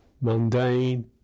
mundane